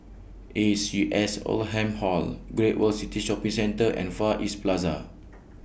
A C S Oldham Hall Great World City Shopping Centre and Far East Plaza